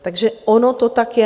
Takže ono to tak je.